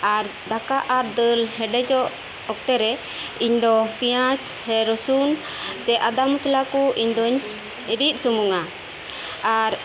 ᱟᱨ ᱫᱟᱠᱟ ᱟᱨ ᱫᱟᱹᱞ ᱦᱮᱰᱮᱡᱚᱜ ᱚᱠᱛᱮ ᱨᱮ ᱤᱧᱫᱚ ᱯᱮᱸᱭᱟᱡ ᱨᱩᱥᱩᱱ ᱥᱮ ᱟᱫᱟ ᱢᱚᱥᱟᱞᱟ ᱠᱚ ᱤᱧ ᱫᱩᱧ ᱨᱤᱫ ᱥᱩᱢᱩᱝ ᱟ ᱟᱨ